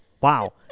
Wow